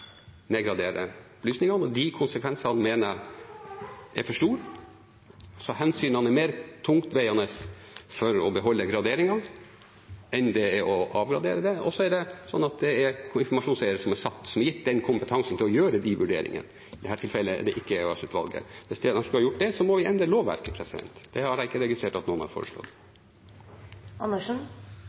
nedgradere opplysningene, og de konsekvensene mener jeg er for store. Så hensynene er mer tungtveiende for å beholde graderingen enn å avgradere. Så er det slik at det er informasjonseier som er gitt den kompetansen, til å gjøre de vurderingene, og i dette tilfellet er det ikke EOS-utvalget. Hvis de skulle gjort det, må vi endre lovverket. Det har jeg ikke registrert at noen har foreslått.